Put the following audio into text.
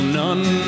none